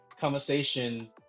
conversation